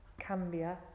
cambia